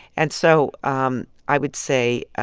and so um i would say,